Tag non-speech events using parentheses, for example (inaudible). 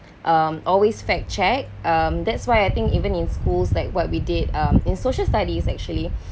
um always fact check um that's why I think even in schools like what we did um in social studies actually (breath)